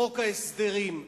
חוק ההסדרים,